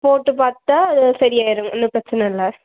போட்டு பார்த்தா அது சரியாயிருங்க ஒன்றும் பிரச்சனை இல்லை